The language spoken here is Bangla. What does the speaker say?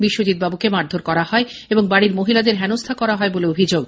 বিশ্বজিৎবাবুকে মারধর করা হয় এবং বাড়ির মহিলাদের হেনস্হা করা হয় বলে অভিযোগ